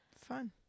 fun